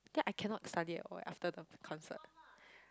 then I cannot study at all eh after the concert